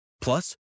Plus